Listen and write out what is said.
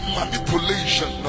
manipulation